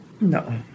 No